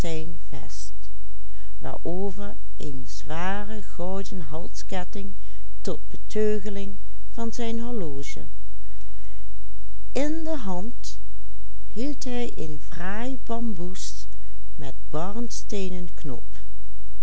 tot beteugeling van zijn horloge in de hand hield hij een fraai bamboes met barnsteenen knop